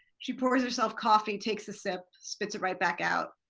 she pours herself coffee, takes a sip, spits it right back out.